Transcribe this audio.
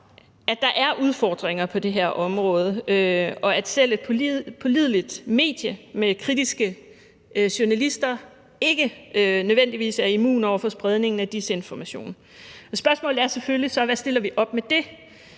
at der er udfordringer på det her område, og at selv et pålideligt medie med kritiske journalister ikke nødvendigvis er immun over for spredningen af desinformation. Spørgsmålet er så selvfølgelig, hvad vi stiller op med det.